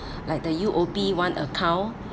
like the U_O_B one account